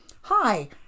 hi